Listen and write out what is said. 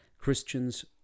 Christians